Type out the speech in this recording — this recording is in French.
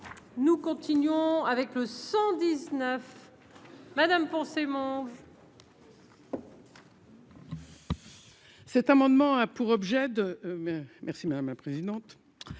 Nous continuons avec le 119. Madame mon.